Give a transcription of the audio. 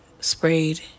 Sprayed